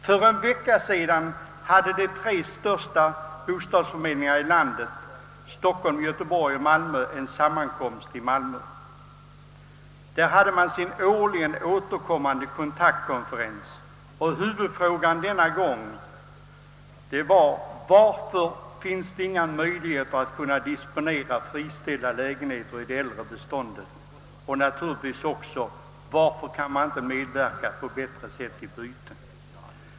För en vecka sedan hade de tre största bostadsförmedlingarna i landet, i Stockholm, Göteborg och Malmö, en sammankomst i Malmö, en årligen återkommande kontaktkonferens. Huvudfrågan denna gång var: Varför finns det inga reella möjligheter att disponera friställda lägenheter i det äldre beståndet? En annan fråga var: Varför kan man inte medverka på ett bättre sätt till byten?